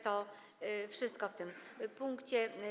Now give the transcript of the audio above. To wszystko w tym punkcie.